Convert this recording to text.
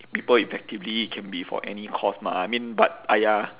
people effectively can be for any cause mah I mean but !aiya!